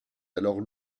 alors